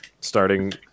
Starting